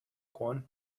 one